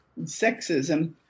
sexism